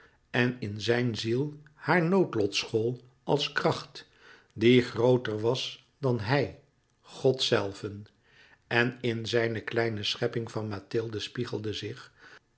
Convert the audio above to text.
en in zijn ziel haar noodlot school als kracht die grooter was dan hij god zelven en in zijne kleine schepping van mathilde spiegelde zich